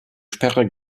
sperre